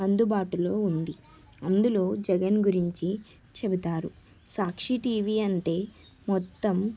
అందుబాటులో ఉంది అందులో జగన్ గురించి తెలుపుతారు సాక్షి టివి అంటే మొత్తం